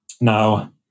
Now